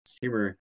humor